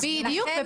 לכן --- בדיוק,